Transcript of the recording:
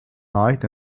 night